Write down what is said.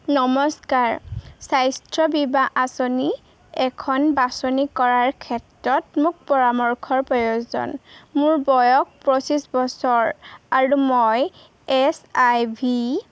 নমস্কাৰ স্বাস্থ্য বীমা আঁচনি এখন বাছনি কৰাৰ ক্ষেত্ৰত মোক পৰামৰ্শৰ প্ৰয়োজন মোৰ বয়স পঁচিছ বছৰ আৰু মই এচ আই ভি